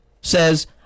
says